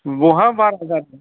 बहा बारा जादों